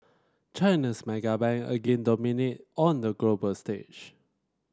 China's mega bank again dominated on the global stage